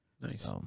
Nice